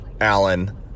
Allen